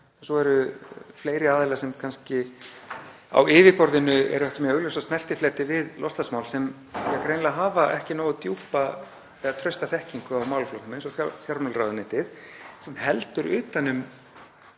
svo eru fleiri aðilar sem kannski á yfirborðinu eru ekki með mjög augljósa snertifleti við loftslagsmál sem greinilega hafa ekki nógu djúpa eða trausta þekkingu á málaflokknum eins og fjármálaráðuneytið sem heldur utan um